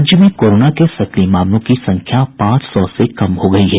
राज्य में कोरोना के सक्रिय मामलों की संख्या पांच सौ से कम हो गयी है